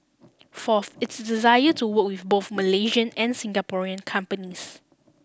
fourth its desire to work with both Malaysian and Singaporean companies